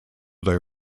their